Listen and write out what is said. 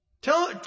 Tell